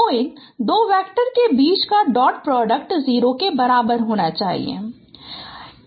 तो इन दो वैक्टर के बीच का डॉट प्रोडक्ट 0 के बराबर होना चाहिए